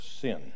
sin